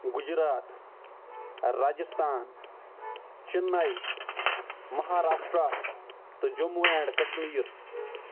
گُجرات راجِستان چِنئی مہاراشٹرا تہٕ جموں اینٛڈ کَشمیٖر